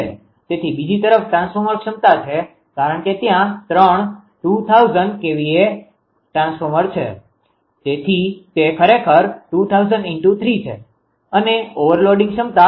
તેથી બીજી તરફ ટ્રાન્સફોર્મર ક્ષમતા છે કારણ કે ત્યાં ત્રણ 2000 kVA ટ્રાન્સફોર્મર છે તેથી તે ખરેખર 2000×3 છે અને ઓવર લોડિંગ ક્ષમતા 1